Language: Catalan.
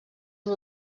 amb